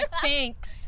thanks